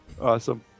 Awesome